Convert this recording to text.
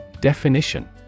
Definition